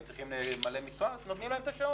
הם צריכים משרה נותנים להם את השעות.